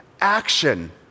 action